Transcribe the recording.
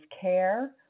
care